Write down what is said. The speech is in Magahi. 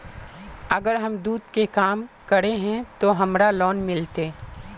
अगर हम दूध के काम करे है ते हमरा लोन मिलते?